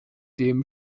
dem